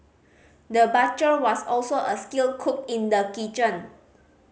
the butcher was also a skilled cook in the kitchen